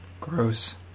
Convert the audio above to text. Gross